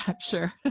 sure